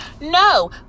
No